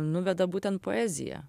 nuveda būtent poezija